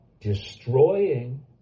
destroying